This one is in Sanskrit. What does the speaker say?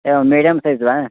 एवं मिडियं सैज़् वा